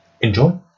Enjoy